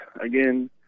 again